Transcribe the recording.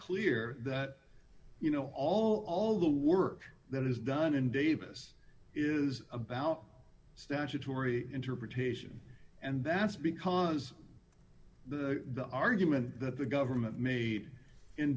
clear that you know all the work that is done in davis is about statutory interpretation and that's because the argument that the government made in